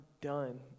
done